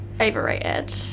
Overrated